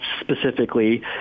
specifically